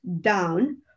down